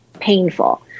painful